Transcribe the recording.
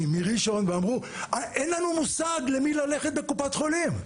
מראשון ואמרו אין לנו מושג למי ללכת בקופת חולים.